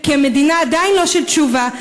כי המדינה עדיין לא של תשובה,